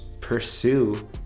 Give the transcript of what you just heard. pursue